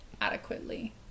adequately